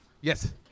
Yes